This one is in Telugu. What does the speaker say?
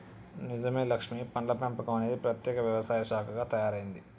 నిజమే లక్ష్మీ పండ్ల పెంపకం అనేది ప్రత్యేక వ్యవసాయ శాఖగా తయారైంది